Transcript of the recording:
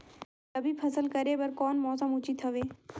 रबी फसल करे बर कोन मौसम उचित हवे?